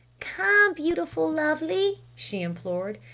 come, beautiful-lovely! she implored.